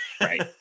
right